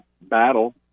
battle